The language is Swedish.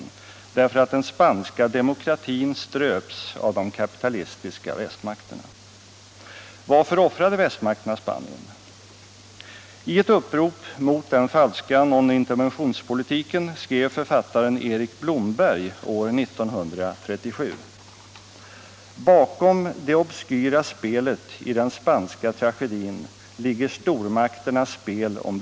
Den demokratiska oppositionen är samlad i två stora block.